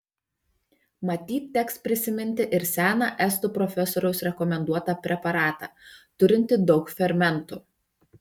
matyt teks prisiminti ir seną estų profesoriaus rekomenduotą preparatą turintį daug fermentų